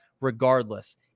regardless